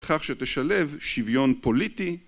בכך שתשלב שוויון פוליטי